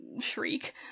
shriek